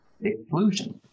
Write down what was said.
exclusion